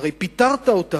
הרי פיטרת אותם.